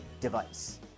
device